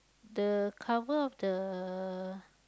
the cover of the